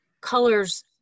colors